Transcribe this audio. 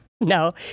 No